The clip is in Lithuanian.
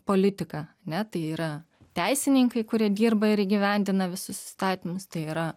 politika ane tai yra teisininkai kurie dirba ir įgyvendina visus įstatymus tai yra